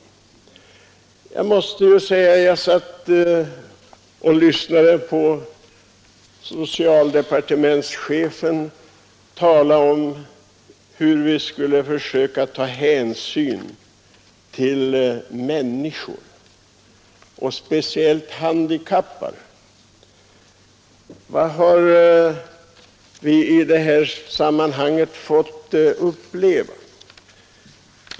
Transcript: Jag lyssnade tidigare på chefen för socialdepartementet, när han talade om hur vi skall försöka ta hänsyn till människor, speciellt till handikappade människor, men vad har vi i det sammanhanget fått uppleva?